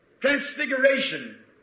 Transfiguration